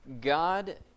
God